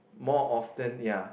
more often ya